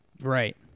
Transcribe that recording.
Right